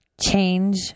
Change